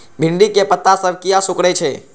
भिंडी के पत्ता सब किया सुकूरे छे?